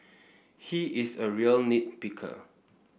he is a real nit picker